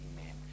Amen